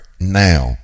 now